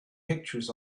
pictures